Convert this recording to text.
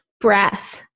breath